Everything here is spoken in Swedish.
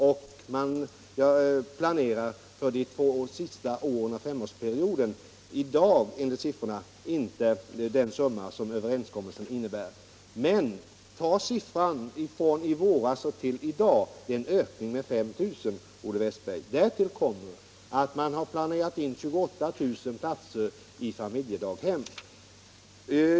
Beträffande de två sista åren av femårsperioden motsvarar siffrorna i dag inte vad som överenskommits, men om man tar siffran som gäller för tiden från i våras och fram till i dag finner man, herr Olle Wästberg, att det föreligger en ökning med 5 000. Därtill kommer att man har planerat in 28 000 platser i familjedaghem.